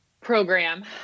program